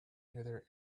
nearby